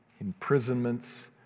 imprisonments